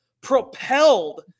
propelled